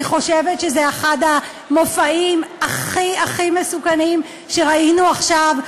אני חושבת שזה אחד המופעים הכי הכי מסוכנים שראינו עכשיו,